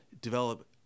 develop